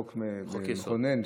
חוק מכונן.